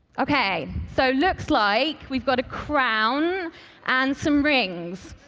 okay. so looks like we've got a crown and some rings.